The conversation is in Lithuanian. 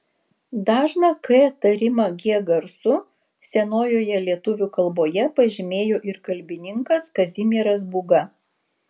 dažną k tarimą g garsu senojoje lietuvių kalboje pažymėjo ir kalbininkas kazimieras būga